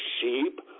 sheep